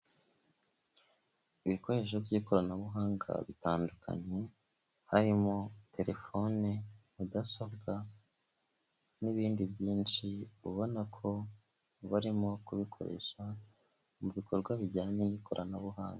Ibikoresho by'ikoranabuhanga bitandukanye harimo telefoni, mudasobwa n'ibindi byinshi, ubona ko barimo kubikoresha mu bikorwa bijyanye n'ikoranabuhanga.